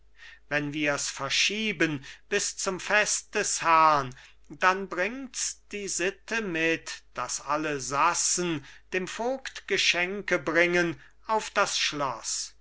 wenn wir's verschieben bis zum fest des herrn dann bringt's die sitte mit dass alle sassen dem vogt geschenke bringen auf das schloss